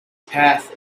path